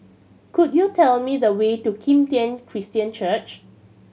could you tell me the way to Kim Tian Christian Church